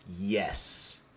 Yes